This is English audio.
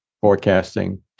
forecasting